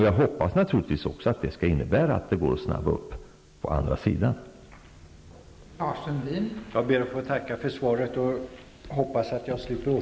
Jag hoppas naturligtvis också att det skall innebära att arbetet på den andra sidan skall kunna snabbas på.